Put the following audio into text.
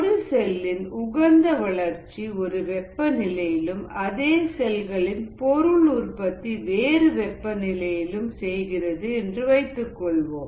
ஒரு செல்லின் உகந்த வளர்ச்சி ஒரு வெப்ப நிலையிலும் அதே செல்களின் பொருள் உற்பத்தி வேறு வெப்பநிலையிலும் செய்கிறது என்று வைத்துக்கொள்வோம்